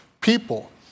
people